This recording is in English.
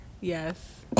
Yes